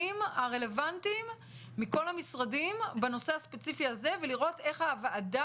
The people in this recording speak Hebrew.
הרלוונטיים מכל המשרדים בנושא הספציפי הזה ולראות איך הוועדה,